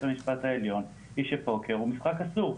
המשפט העליון היא שפוקר הוא משחק אסור.